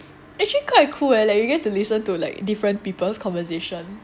actually quite cool leh like you get to listen to like different people's conversation